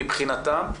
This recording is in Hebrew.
מבחינתם,